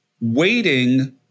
waiting